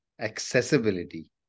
accessibility